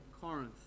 Corinth